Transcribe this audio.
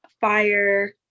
fire